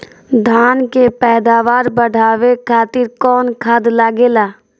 धान के पैदावार बढ़ावे खातिर कौन खाद लागेला?